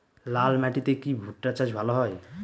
লাল মাটিতে কি ভুট্টা চাষ ভালো হয়?